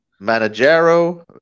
Managero